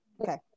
Okay